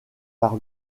par